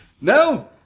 No